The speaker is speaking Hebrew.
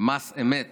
מס אמת